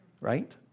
right